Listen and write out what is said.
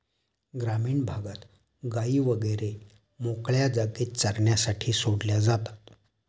ग्रामीण भागात गायी वगैरे मोकळ्या जागेत चरण्यासाठी सोडल्या जातात